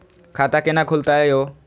खाता केना खुलतै यो